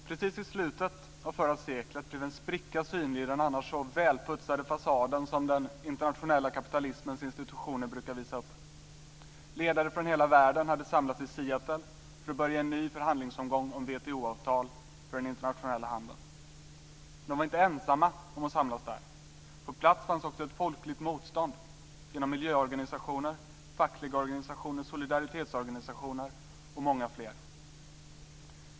Herr talman! Precis i slutet av förra seklet blev en spricka synlig i den annars så välputsade fasaden, som den internationella kapitalismens institutioner brukar visa upp. Ledare från hela världen hade samlats i Seattle för att börja en ny förhandlingsomgång om WTO-avtal för den internationella handeln, men de var inte ensamma om att samlas där. På plats fanns också ett folkligt motstånd genom miljöorganisationer, fackliga organisationer, solidaritetsorganisationer och många fler.